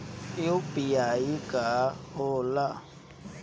ई यू.पी.आई का होला?